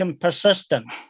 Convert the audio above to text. persistent